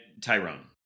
Tyrone